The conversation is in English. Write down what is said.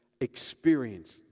experience